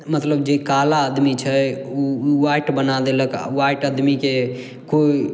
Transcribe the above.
मतलब जे काला आदमी छै उ उ व्हाइट बना देलक आओर व्हाइट आदमीके कु